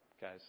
guys